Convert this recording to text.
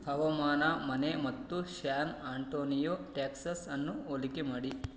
ಹವಾಮಾನ ಮನೆ ಮತ್ತು ಶ್ಯಾನ್ ಆಂಟೋನಿಯೊ ಟ್ಯಾಕ್ಸಸನ್ನು ಹೋಲಿಕೆ ಮಾಡಿ